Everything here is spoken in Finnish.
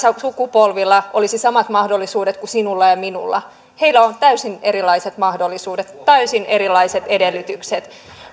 sukupolvilla olisi samat mahdollisuudet kuin sinulla ja minulla heillä on täysin erilaiset mahdollisuudet täysin erilaiset edellytykset